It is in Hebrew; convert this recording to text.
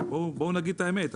ובואו נגיד את האמת,